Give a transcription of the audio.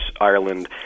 Ireland